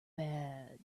bad